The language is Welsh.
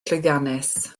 llwyddiannus